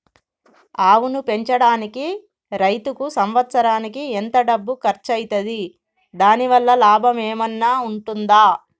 ఆవును పెంచడానికి రైతుకు సంవత్సరానికి ఎంత డబ్బు ఖర్చు అయితది? దాని వల్ల లాభం ఏమన్నా ఉంటుందా?